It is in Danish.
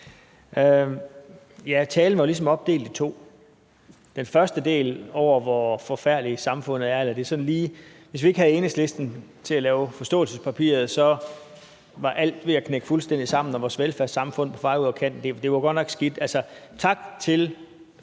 det. Talen var jo ligesom opdelt i to. Den første del handlede om, hvor forfærdeligt samfundet er – hvis vi ikke havde Enhedslisten til at lave forståelsespapiret, var alt ved at knække fuldstændig sammen og vores velfærdssamfund på vej ud over kanten; det var godt nok skidt.